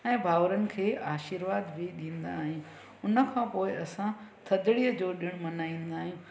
ऐं भावरनि खे आशीर्वाद बि ॾींदा आहियूं हुन खां पोइ असां थधिड़ीअ जो ॾिणु मल्हाईंदा आहियूं